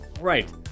right